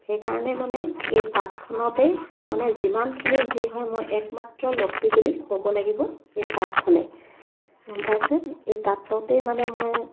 সেইকাৰণে মানে এই তাঁতখনতেই মানে যিমানখিনি যি হয় মই একমাত্ৰ লক্ষী বুলি ক'ব লাগিব এই তাঁতখনেই গম পাইছে এই তাঁততেই মানে মই